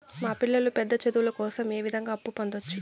మా పిల్లలు పెద్ద చదువులు కోసం ఏ విధంగా అప్పు పొందొచ్చు?